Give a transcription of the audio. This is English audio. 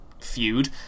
feud